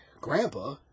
Grandpa